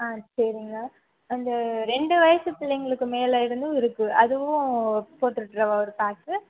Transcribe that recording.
ஆ சரிங்க இந்த ரெண்டு வயது பிள்ளைங்களுக்கு மேலே இருந்தும் இருக்கு அதுவும் போட்டுறட்டா ஒரு பேக்கு